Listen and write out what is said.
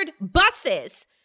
buses